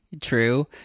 true